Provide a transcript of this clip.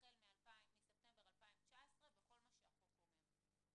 החל מספטמבר 2019 בכל מה שהחוק אומר.